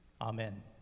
Amen